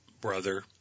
brother